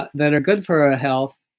that are good for our health,